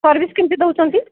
service କେମିତି ଦେଉଛନ୍ତି